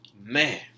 man